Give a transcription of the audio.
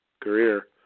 career